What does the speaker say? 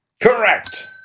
Correct